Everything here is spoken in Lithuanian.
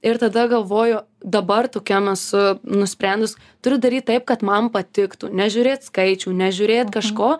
ir tada galvoju dabar tokiam esu nusprendus turiu daryt taip kad man patiktų nežiūrėt skaičių nežiūrėt kažko